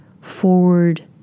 forward